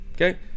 Okay